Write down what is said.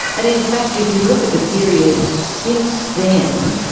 and in fact if you look at the period since then,